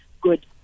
good